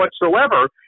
whatsoever